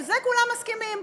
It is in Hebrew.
על זה כולם מסכימים.